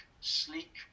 Sleek